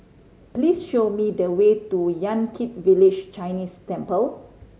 please show me the way to Yan Kit Village Chinese Temple